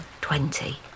twenty